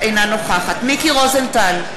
אינה נוכחת מיקי רוזנטל,